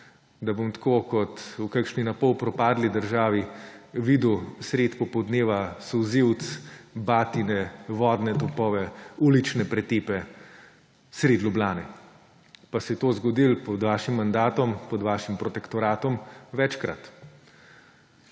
Da bom tako kot v kakšni napol propadli državi videl sredi popoldneva solzivec, batine, vodne topove, ulične pretepe sredi Ljubljane. Pa se je to zgodilo pod vašim mandatom, pod vašim protektoratom večkrat.